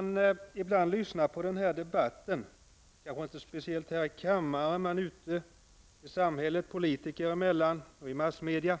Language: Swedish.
När man lyssnar på debatten -- kanske inte här i kammaren men politikerna emellan ute i samhället och i massmedia